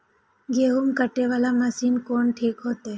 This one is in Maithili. गेहूं कटे वाला मशीन कोन ठीक होते?